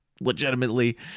legitimately